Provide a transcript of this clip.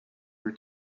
were